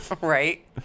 Right